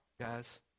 guys